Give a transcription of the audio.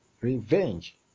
revenge